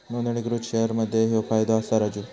नोंदणीकृत शेअर मध्ये ह्यो फायदो असा राजू